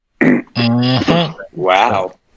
wow